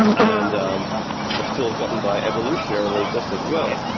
and have still gotten by evolutionarily just as well.